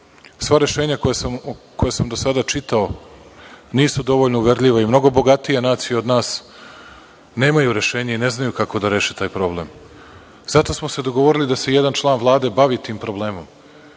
Sva rešenja koja sam do sada čitao nisu dovoljno uverljiva i mnogo bogatije nacije od nas nemaju rešenje i ne znaju kako da reše taj problem. Zato smo se dogovorili da se jedan član Vlade bavi tim problemom,